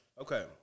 Okay